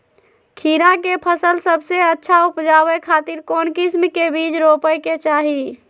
खीरा के फसल सबसे अच्छा उबजावे खातिर कौन किस्म के बीज रोपे के चाही?